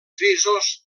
frisos